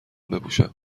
بپوشم